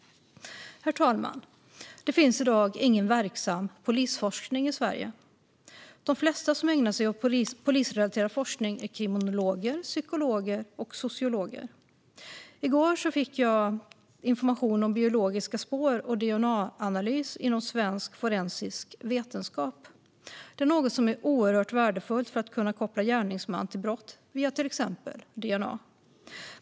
Herr talman! Det finns i dag ingen verksam polisforskning i Sverige. De flesta som ägnar sig åt polisrelaterad forskning är kriminologer, psykologer och sociologer. I går fick jag information om biologiska spår och DNA-analys inom svensk forensisk vetenskap. Det är något som är oerhört värdefullt för att kunna koppla gärningsmän till brott via till exempel DNA.